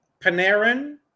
Panarin